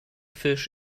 fish